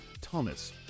Thomas